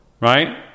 right